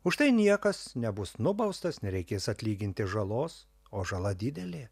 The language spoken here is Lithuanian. už tai niekas nebus nubaustas nereikės atlyginti žalos o žala didelė